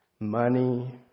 money